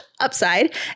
upside